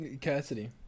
Cassidy